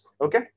Okay